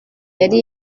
yari